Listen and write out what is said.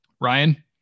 Ryan